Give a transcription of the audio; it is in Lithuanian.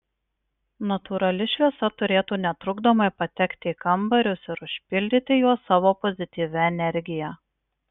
natūrali šviesa turėtų netrukdomai patekti į kambarius ir užpildyti juos savo pozityvia energija